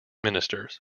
ministers